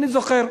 אני זוכר.